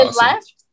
left